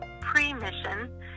pre-mission